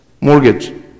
Mortgage